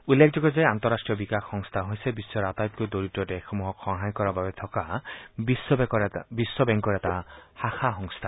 উল্লেখযোগ্য যে আন্তঃৰাষ্টীয় বিকাশ সংস্থা হৈছে বিশ্বৰ আটাইতকৈ দৰিদ্ৰ দেশসমূহক সহায় কৰাৰ বাবে থকা বিশ্বৰ বেংকৰ এটা শাখা সংস্থা